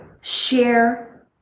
Share